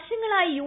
വർഷങ്ങളായി യു